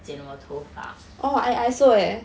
剪我头发